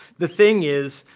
the thing is,